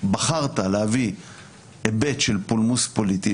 בחרת להביא היבט של פולמוס פוליטי,